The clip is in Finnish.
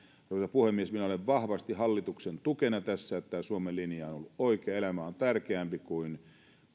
puhemies minä olen vahvasti hallituksen tukena tässä että tämä suomen linja on ollut oikea elämä on tärkeämpi kuin